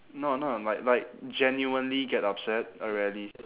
no no like like genuinely get upset I rarely